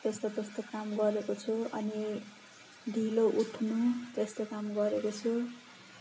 त्यस्तो त्यस्तो काम गरेको छु अनि ढिलो उठ्नु त्यस्तो काम गरेको छु